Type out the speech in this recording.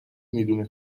میدونه